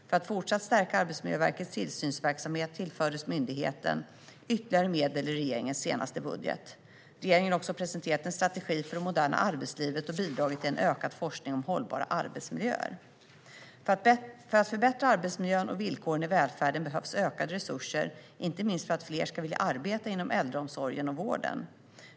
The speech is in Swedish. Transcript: För att fortsatt stärka Arbetsmiljöverkets tillsynsverksamhet tillfördes myndigheten ytterligare medel i regeringens senaste budget. Regeringen har också presenterat en strategi för det moderna arbetslivet och bidragit till en ökad forskning om hållbara arbetsmiljöer. För att förbättra arbetsmiljön och villkoren i välfärden behövs ökade resurser, inte minst för att fler ska vilja arbeta inom äldreomsorgen och vården.